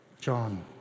John